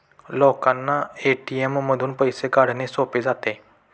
लोकांना ए.टी.एम मधून पैसे काढणे सोपे जाते